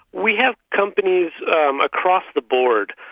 we have companies um across the board.